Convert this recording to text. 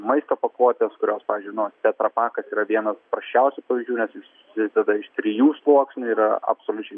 maisto pakuotės kurios pavyzdžiui nu tetrapakas yra vienas prasčiausių pavyzdžių nes jis susideda iš trijų sluoksnių yra absoliučiai